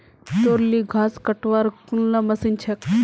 तोर ली घास कटवार कुनला मशीन छेक